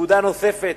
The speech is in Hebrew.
נקודה נוספת,